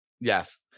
Yes